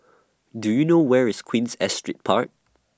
Do YOU know Where IS Queen's Astrid Park